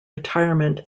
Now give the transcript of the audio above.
retirement